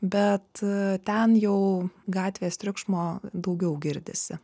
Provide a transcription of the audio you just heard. bet ten jau gatvės triukšmo daugiau girdisi